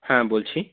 হ্যাঁ বলছি